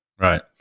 Right